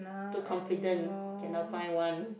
too confident cannot find one